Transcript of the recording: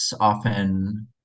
often